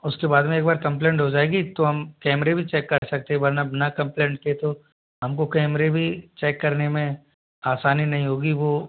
उसके बाद में एक बार कंप्लेंट हो जाएगी तो हम कैमरे भी चेक कर सकते हैं वरना बिना कंप्लेंट के तो हमको कैमरे भी चेक करने में आसानी नहीं होगी वो